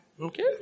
Okay